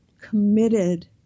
committed